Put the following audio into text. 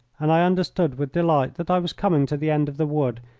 and i understood with delight that i was coming to the end of the wood,